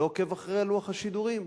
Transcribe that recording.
לא עוקב אחרי לוח השידורים,